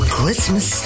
Christmas